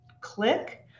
click